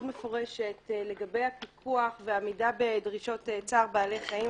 מפורשת לגבי הפיקוח ועמידה בדרישות צער בעלי חיים,